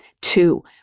Two